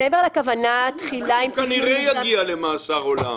הוא כנראה יגיע למאסר עולם.